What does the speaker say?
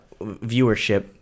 viewership